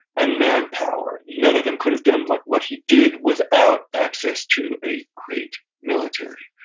and manpower. none of them could have done like what he did without access to a great military